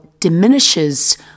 Diminishes